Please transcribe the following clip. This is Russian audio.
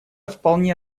вполне